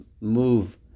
move